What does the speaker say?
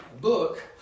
book